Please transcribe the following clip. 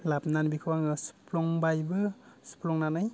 लाबोनानै बेखौ आङो सुफ्लंबायबो सुफ्लंनानै